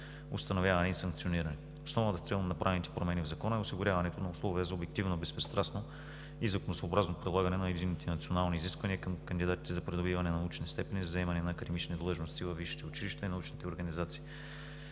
установявани и санкционирани. Основната цел на направените промени в Закона е осигуряването на условия за обективно, безпристрастно и законосъобразно прилагане на единните национални изисквания към кандидатите за придобиване на научни степени за заемане на академични длъжности във висшите училища и научните организации,